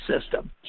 system